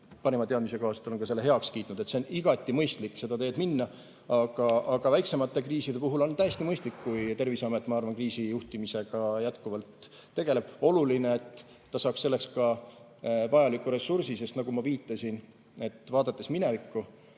parima teadmise kohaselt on ka selle heaks kiitnud. Nii et on igati mõistlik seda teed minna. Aga ma arvan, et väiksemate kriiside puhul on täiesti mõistlik, kui Terviseamet kriisijuhtimisega jätkuvalt tegeleb. Oluline on, et ta saaks selleks ka vajaliku ressursi, sest nagu ma viitasin, vaadates minevikku,